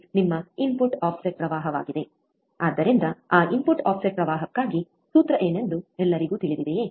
ಆದ್ದರಿಂದ ಆ input offset ಪ್ರವಾಹಕ್ಕಾಗಿ ಸೂತ್ರ ಏನೆಂದು ಎಲ್ಲರಿಗೂ ತಿಳಿದಿದೆಯೇ